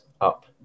up